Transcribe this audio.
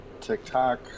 TikTok